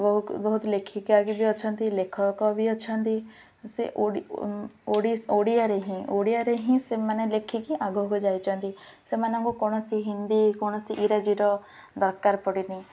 ବହୁ ବହୁତ ଲେଖିକା ଆଗ ବି ଅଛନ୍ତି ଲେଖକ ବି ଅଛନ୍ତି ସେ ଓଡ଼ିଆରେ ହିଁ ଓଡ଼ିଆରେ ହିଁ ସେମାନେ ଲେଖିକି ଆଗକୁ ଯାଇଛନ୍ତି ସେମାନଙ୍କୁ କୌଣସି ହିନ୍ଦୀ କୌଣସି ଇଂରାଜୀର ଦରକାର ପଡ଼ିନି